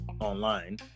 online